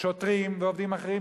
שוטרים ועובדים אחרים,